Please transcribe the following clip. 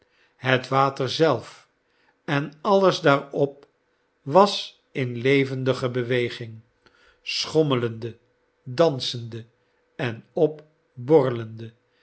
het water zelf en alles daarop was in levendige beweging schommelende dansende en opborrelende